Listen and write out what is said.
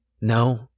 No